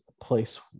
place